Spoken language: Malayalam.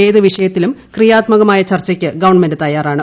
ഏത് വിഷയത്തിലും ക്രിയാത്മകമായ ചർച്ചയ്ക്ക് ഗവൺമെന്റ് തയ്യാറാണ്